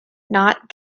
not